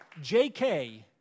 JK